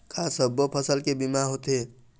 का सब्बो फसल के बीमा होथे?